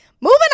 Moving